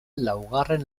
laugarren